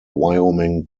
wyoming